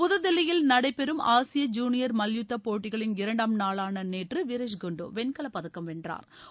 புதுதில்லியில் நடைபெறும் ஆசிய ஜூனியா் மல்யுத்த போட்டிகளிகளின் இரண்டாம் நாளான நேற்று விரேஷ் குன்டு வெண்கல பதக்கம் வென்றாா்